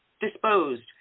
disposed